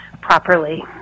properly